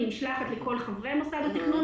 היא נשלחת לכל חברי מוסד התכנון